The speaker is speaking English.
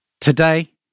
Today